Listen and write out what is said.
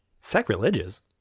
sacrilegious